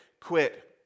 quit